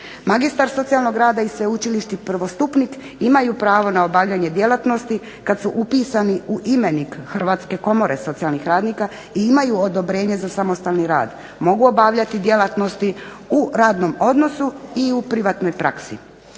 Magistar socijalnog rada i sveučilišni prvostupnik imaju pravo na obavljanje djelatnosti kad su upisani u imenik Hrvatske komore socijalnih radnika i imaju odobrenje za samostalni rad, mogu obavljati djelatnosti u radnom odnosu i u privatnoj praksi.